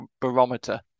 barometer